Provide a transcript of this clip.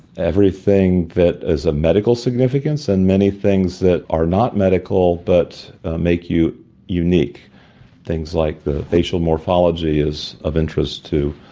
everything that is of ah medical significance and many things that are not medical but make you unique things like the facial morphology is of interest to,